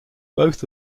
both